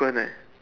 ~quent leh